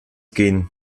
gehen